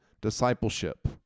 discipleship